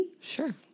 sure